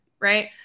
right